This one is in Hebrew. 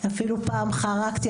אפילו פעם חרגתי,